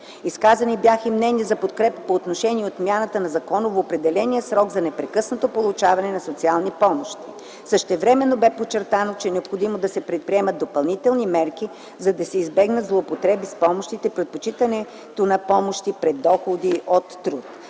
Изказани бяха мнения за подкрепа по отношение отмяната на законово определения срок за непрекъснато получаване на социални помощи. Същевременно бе подчертано, че е необходимо да се предприемат допълнителни мерки, за да се избегнат злоупотреби с помощите и предпочитането на помощи пред доходи от труд.